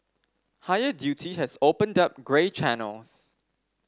higher duty has opened up grey channels